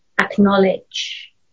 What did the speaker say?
acknowledge